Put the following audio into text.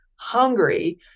hungry